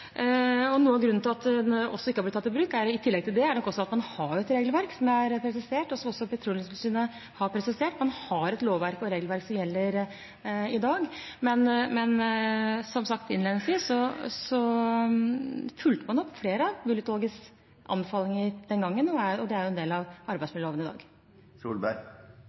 Noe av grunnen til at den ikke er tatt i bruk, er i tillegg at man har et regelverk. Som jeg har presisert, og som også Petroleumstilsynet har presisert, har man et lovverk og regelverk som gjelder i dag. Men som sagt innledningsvis fulgte man opp flere av Bull-utvalgets anbefalinger den gangen, og det er en del av arbeidsmiljøloven i dag.